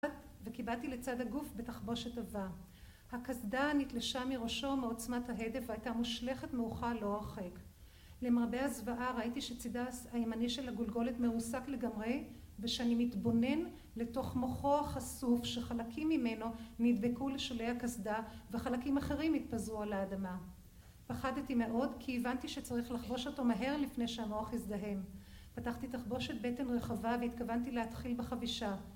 וקיבעתי לצד הגוף בתחבושת עבה. הקסדה נתלשה מראשו מעוצמת ההדף, והייתה מושלכת, מעוכה, לא הרחק. למרבה הזוועה ראיתי שצדה הימני של הגולגולת מרוסק לגמרי, ושאני מתבונן לתוך מוחו החשוף, שחלקים ממנו נדבקו לשולי הקסדה וחלקים אחרים התפזרו על האדמה. פחדתי מאוד, כי הבנתי שצריך לחבוש אותו מהר לפני שהמוח יזדהם. פתחתי תחבושת בטן רחבה והתכוונתי להתחיל בחבישה